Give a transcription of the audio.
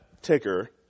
ticker